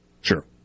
Sure